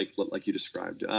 ah like you described,